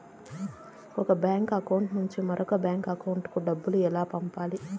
ఒక bank account నుంచి మరొక బ్యాంకు అకౌంట్ కు డబ్బు ఎలా పంపాలి